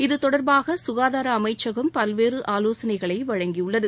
இது தொடர்பாக சுகாதார அமைச்சகம் பல்வேறு ஆலோசனைகளை வழங்கியுள்ளது